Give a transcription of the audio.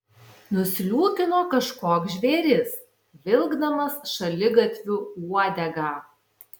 nusliūkino kažkoks žvėris vilkdamas šaligatviu uodegą